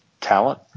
talent